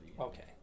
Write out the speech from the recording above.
Okay